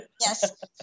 Yes